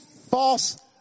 false